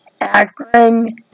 Akron